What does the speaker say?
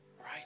right